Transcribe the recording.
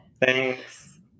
thanks